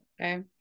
Okay